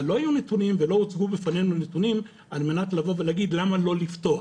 לא היו נתונים ולא הוצגו בפנינו נתונים על מנת להגיד למה לא לפתוח.